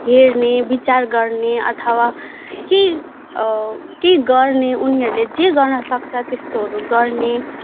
हेर्ने विचार गर्ने अथवा केही केही गर्ने उनीहरूले जे गर्न सक्छ त्यस्तोहरू गर्ने